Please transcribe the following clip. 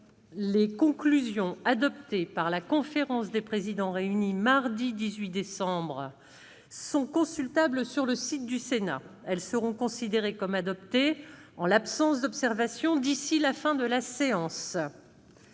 Les conclusions adoptées par la conférence des présidents réunie mardi 18 décembre sont consultables sur le site du Sénat. Elles seront considérées comme adoptées en l'absence d'observations d'ici à la fin de la séance.-